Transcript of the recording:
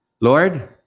Lord